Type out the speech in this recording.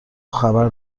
خبر